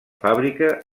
fàbrica